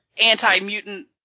anti-mutant